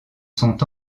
sont